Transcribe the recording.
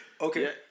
okay